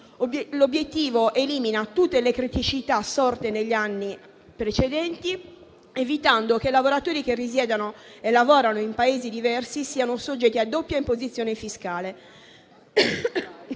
L'obiettivo elimina tutte le criticità sorte negli anni precedenti, evitando che i lavoratori che risiedono e lavorano in Paesi diversi siano soggetti a doppia imposizione fiscale.